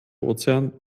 ozean